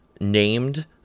named